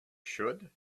should